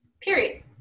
period